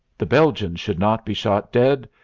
the belgians should not be shot dead.